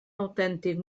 autèntic